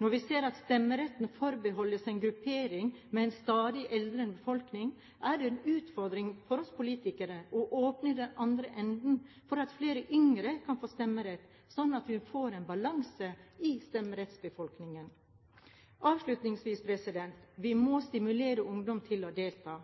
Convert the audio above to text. Når vi ser at stemmeretten forbeholdes en gruppering med en stadig eldre befolkning, er det en utfordring for oss politikere å åpne i den andre enden for at flere yngre kan få stemmerett, slik at vi får en balanse i stemmerettsbefolkningen. Avslutningsvis: Vi må stimulere ungdom til å delta.